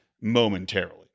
momentarily